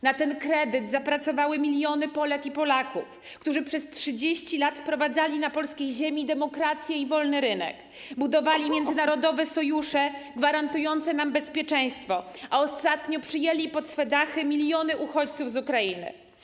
Na ten kredyt zapracowały miliony Polek i Polaków, którzy przez 30 lat wprowadzali na polskiej ziemi demokrację i wolny rynek, budowali międzynarodowe sojusze gwarantujące nam bezpieczeństwo, a ostatnio przyjęli pod swe dachy miliony uchodźców z Ukrainy.